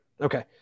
Okay